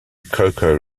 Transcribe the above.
coco